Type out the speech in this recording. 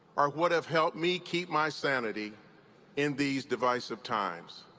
are what have helped me keep my sanity in these divisive times.